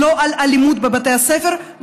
לא האלימות בבתי הספר,